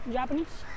Japanese।